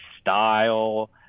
style